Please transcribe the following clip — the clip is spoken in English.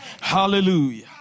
Hallelujah